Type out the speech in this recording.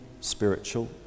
spiritual